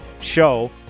Show